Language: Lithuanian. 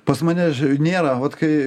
pas mane ži nėra vat kai